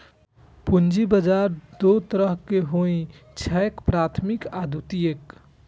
पूंजी बाजार दू तरहक होइ छैक, प्राथमिक आ द्वितीयक